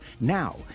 Now